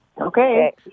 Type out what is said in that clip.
Okay